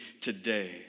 today